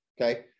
okay